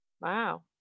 Wow